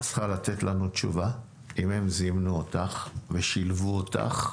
את צריכה לתת לנו תשובה אם הם זימנו אותך ושילבו אותך.